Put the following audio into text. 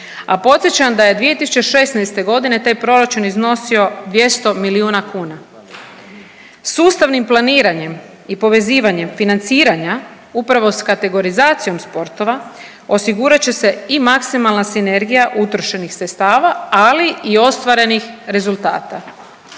a podsjećam da je 2016. godine taj proračun iznosio 200 milijuna kuna. Sustavnim planiranjem i povezivanjem financiranja upravo sa kategorizacijom sportova osigurat će se i maksimalna sinergija utrošenih sredstava, ali i ostvarenih rezultata.